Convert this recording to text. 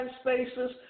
spaces